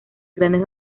grandes